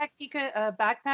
backpack